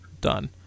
done